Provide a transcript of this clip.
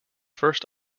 first